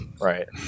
Right